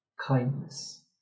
Kindness